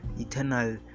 eternal